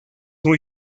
muy